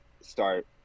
start